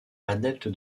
adepte